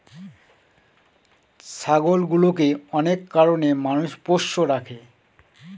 ছাগলগুলোকে অনেক কারনে মানুষ পোষ্য রাখে